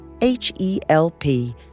H-E-L-P